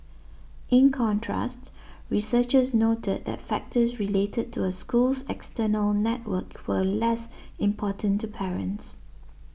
in contrast researchers noted that factors related to a school's external network were less important to parents